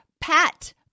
Pat